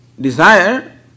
desire